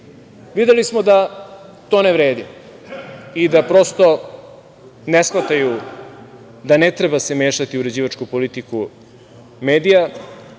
Srbije. Videli smo da to ne vredi i da prosto ne shvataju da se ne treba mešati u uređivačku politiku medija,